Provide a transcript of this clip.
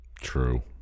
True